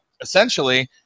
essentially